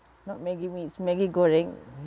not maggi mee it's maggi goreng